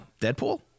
Deadpool